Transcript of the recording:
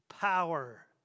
power